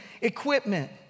equipment